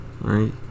right